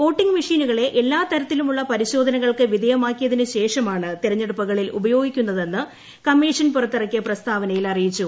voting മെഷീനുകളെ എല്ലാ തരത്തിലുമുള്ള പരിശോധനകൾക്കും വിധേയമാക്കിയതിനു ശേഷമാണ് തിരഞ്ഞെടുപ്പുകളിൽ ഉപയോഗിക്കുന്നതെന്ന് കമ്മീഷൻ പുറത്തിറക്കിയ പ്രസ്താവനയിൽ അറിയിച്ചു